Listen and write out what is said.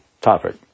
topic